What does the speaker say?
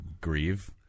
grieve